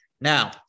Now